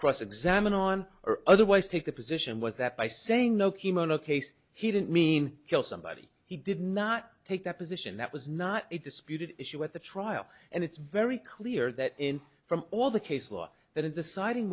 cross examine on or otherwise take the position was that by saying no chemo no case he didn't mean kill somebody he did not take that position that was not a disputed issue at the trial and it's very clear that in from all the case law that in deciding